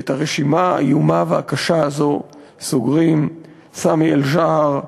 ואת הרשימה האיומה והקשה הזאת סוגרים סאמי אל-ג'עאר,